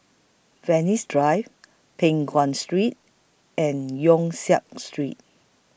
Venus Drive Peng Nguan Street and Yong Siak Street